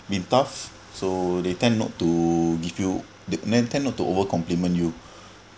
been tough so they tend not to give you they they tend not to over compliment you